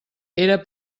era